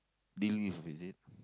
dealing with it is it